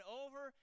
over